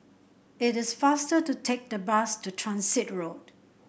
it is faster to take the bus to Transit Road